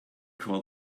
call